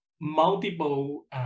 multiple